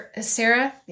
Sarah